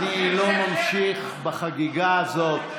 אני לא ממשיך בחגיגה הזאת.